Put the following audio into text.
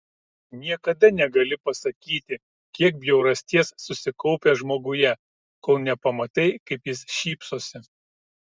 niekada negali pasakyti kiek bjaurasties susikaupę žmoguje kol nepamatai kaip jis šypsosi